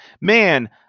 man